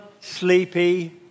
sleepy